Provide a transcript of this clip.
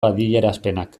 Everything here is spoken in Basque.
adierazpenak